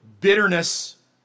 bitterness